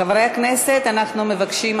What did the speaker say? חברי הכנסת, אנחנו מבקשים.